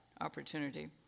opportunity